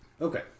Okay